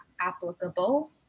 applicable